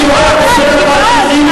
אני קורא אותך לסדר פעם שלישית.